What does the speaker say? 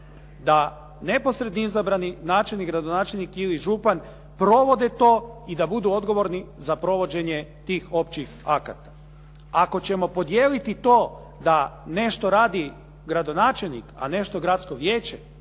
da neposredni izabrani načelnik, gradonačelnik ili župan provode to i da budu odgovorni za provođenje tih općih akata. Ako ćemo podijeliti to da nešto radi gradonačelnik, a nešto gradsko vijeće,